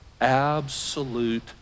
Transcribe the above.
absolute